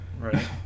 Right